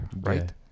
right